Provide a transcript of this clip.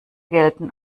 gelten